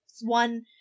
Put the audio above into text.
One